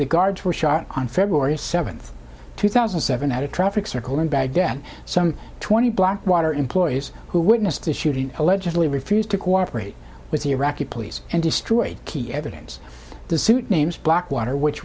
the guards were shot on february seventh two thousand and seven at a traffic circle in baghdad some twenty blackwater employees who witnessed the shooting allegedly refused to cooperate with iraqi police and destroyed key evidence the suit names blackwater which